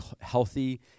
healthy